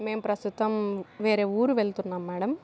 మేము ప్రస్తుతం వేరే ఊరు వెళ్తున్నాం మేడం